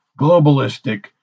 globalistic